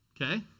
Okay